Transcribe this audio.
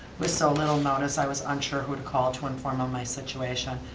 with so little notice i was unsure who to call to inform of my situation.